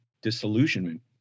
disillusionment